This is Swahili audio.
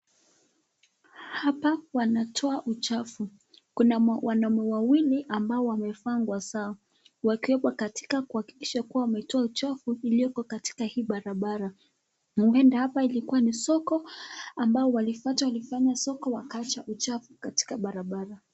Hapa wanatoa uchafu, kuna wanaume wawili ambao wamevaa sare zao wakiwepo katika kuhakikisha kuwa wametoa uchafu iliyoko kwa hii barabara. Huenda hapa ilikua ni soko ambao watu walifanya soko wakaacha uchafu katika barabara.